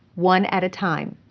one at a time.